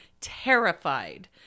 terrified